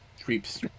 Creeps